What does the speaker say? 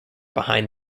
behind